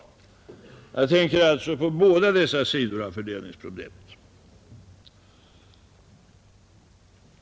Jag tänker alltså på båda dessa sidor av fördelningsproblemet.